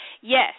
Yes